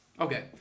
Okay